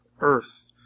earth